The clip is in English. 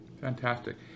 fantastic